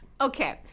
Okay